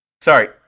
Sorry